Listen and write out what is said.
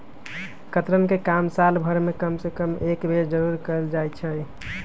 कतरन के काम साल भर में कम से कम एक बेर जरूर कयल जाई छै